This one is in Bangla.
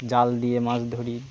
জাল দিয়ে মাছ ধরি